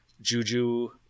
Juju